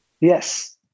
Yes